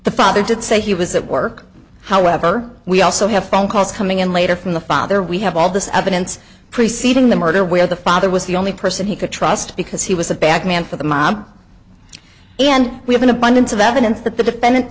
the father did say he was at work however we also have phone calls coming in later from the father we have all this evidence preceding the murder where the father was the only person he could trust because he was a bag man for the mob and we have an abundance of evidence that the defendant